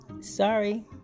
Sorry